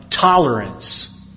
tolerance